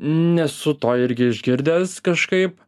nesu to irgi išgirdęs kažkaip